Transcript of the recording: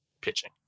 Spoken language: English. pitching